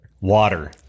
Water